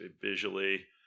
visually